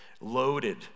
loaded